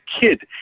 kid